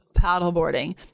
paddleboarding